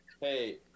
hey